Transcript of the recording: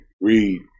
Read